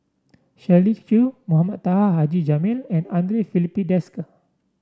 Shirley Chew Mohamed Taha Haji Jamil and Andre Filipe Desker